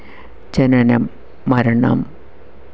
ജനനം മരണം